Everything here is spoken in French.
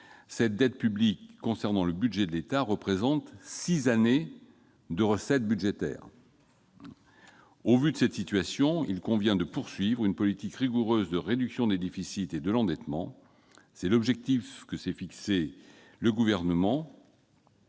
de la dette publique incombant à l'État- 80 % du total -six années de recettes budgétaires. Au regard de cette situation, il convient de poursuivre une politique rigoureuse de réduction des déficits et de l'endettement. C'est l'objectif que s'est fixé le Gouvernement,